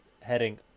heading